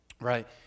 right